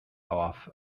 off